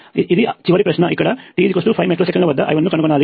ఇది చివరి ప్రశ్నఇక్కడ t 5 మైక్రో సెకన్ల వద్ద I1 ను కనుగొనాలి